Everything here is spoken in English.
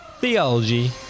theology